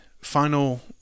final